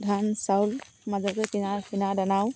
ধান চাউল মাজতে কিনা কিনা দানাও